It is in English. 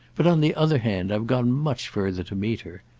but on the other hand i've gone much further to meet her.